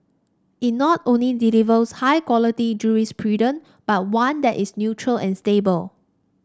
it not only delivers high quality jurisprudent but one that is neutral and stable